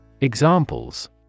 Examples